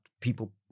people